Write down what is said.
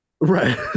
right